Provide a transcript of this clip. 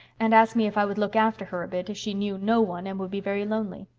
and asked me if i would look after her a bit, as she knew no one and would be very lonely.